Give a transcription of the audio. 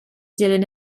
dilyn